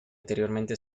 anteriormente